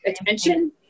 attention